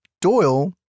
Doyle